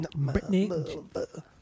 Britney